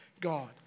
God